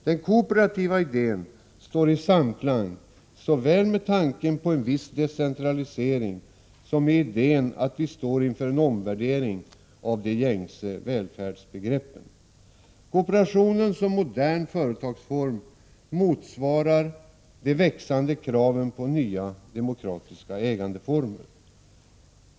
Den kooperativa idén står i samklang såväl med tanken på en viss decentralisering som med idén att vi står inför en omvärdering av de gängse välfärdsbegreppen. Kooperationen som modern företagsform motsvarar de växande kraven på nya demokratiska ägandeformer.